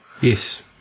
yes